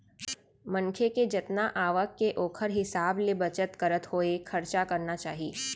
मनखे के जतना आवक के ओखर हिसाब ले बचत करत होय खरचा करना चाही